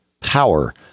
power